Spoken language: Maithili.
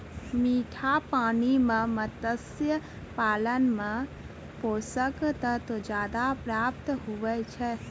मीठा पानी मे मत्स्य पालन मे पोषक तत्व ज्यादा प्राप्त हुवै छै